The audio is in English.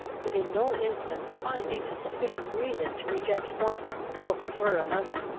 but in no instance finding a sufficient reason to reject one or prefer another